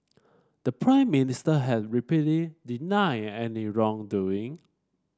the Prime Minister has repeatedly denied any wrongdoing